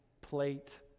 plate